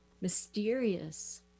mysterious